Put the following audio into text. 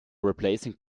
replacing